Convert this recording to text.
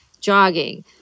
jogging